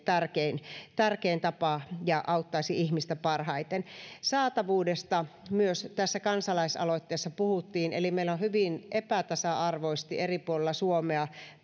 tärkein tärkein tapa ja auttaisi ihmistä parhaiten saatavuudesta myös tässä kansalaisaloitteessa puhuttiin eli myös mielenterveyspalveluihin pääsy on hyvin epätasa arvoista eri puolilla suomea